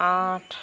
আঠ